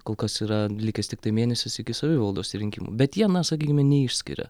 kol kas yra likęs tiktai mėnesis iki savivaldos rinkimų bet jie na sakykime neišskiria